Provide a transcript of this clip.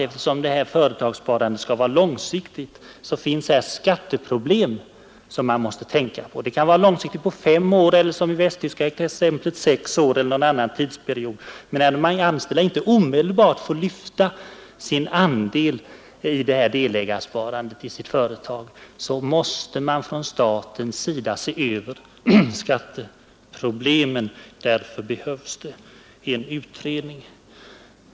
Eftersom företagssparandet skall vara långsiktigt, finns det också skatteproblem som man måste tänka på. Sparandet kan vara långsiktigt på fem år eller som i det västtyska exemplet sex år eller någon annan tidsperiod. Men när de anställda inte omedelbart får lyfta sin andel av delägarsparandet i sitt företag, måste man från statens sida se över skatteproblemen och därför behövs en utredning.